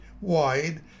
wide